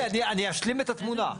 לא לא, אני אשלים את התמונה.